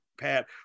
Pat